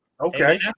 Okay